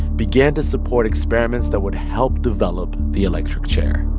began to support experiments that would help develop the electric chair